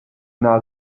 now